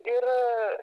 ir a